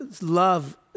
love